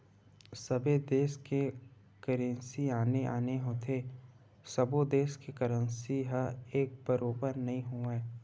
सबे देस के करेंसी आने आने होथे सब्बो देस के करेंसी ह एक बरोबर नइ होवय